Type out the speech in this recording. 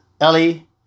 Ellie